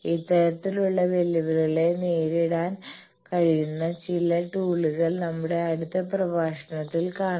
ഇത്തരത്തിലുള്ള വെല്ലുവിളികളെ നേരിടാൻ കഴിയുന്ന ചില ടൂളുകൾ നമ്മളുടെ അടുത്ത പ്രഭാഷണങ്ങളിൽ കാണാം